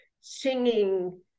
singing